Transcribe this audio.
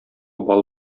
бал